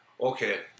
okay